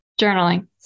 Journaling